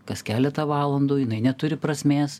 kas keletą valandų jinai neturi prasmės